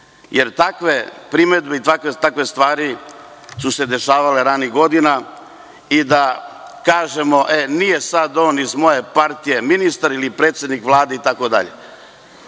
jer takve primedbe i takve stvari su se dešavale ranijih godina i da kažemo – nije on iz moje partije ministar ili predsednik Vlade. Takvo